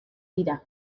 dira